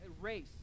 race